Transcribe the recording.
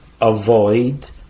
avoid